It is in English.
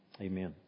Amen